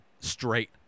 straight